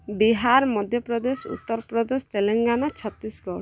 Bihar Madhya Pradesh Uttar Pradesh Telangana Chhattisgarh